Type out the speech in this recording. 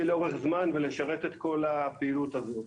לאורך זמן ולשרת את כל הפעילות הזאת.